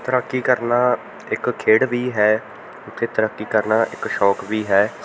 ਤੈਰਾਕੀ ਕਰਨਾ ਇੱਕ ਖੇਡ ਵੀ ਹੈ ਅਤੇ ਤੈਰਾਕੀ ਕਰਨਾ ਇੱਕ ਸ਼ੌਕ ਵੀ ਹੈ